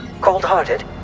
Cold-hearted